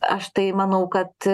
aš tai manau kad